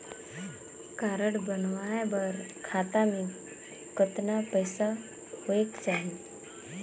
Card बनवाय बर खाता मे कतना पईसा होएक चाही?